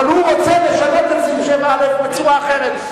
אבל הוא רוצה לשנות את סעיף 7א לצורה אחרת.